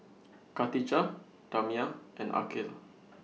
Katijah Damia and Aqil